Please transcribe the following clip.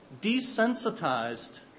desensitized